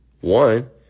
One